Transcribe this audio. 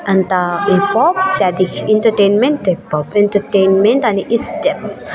अन्त hip hop त्यहाँदेखि entertainment hip hop entertainment अनि स्टेप